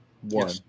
One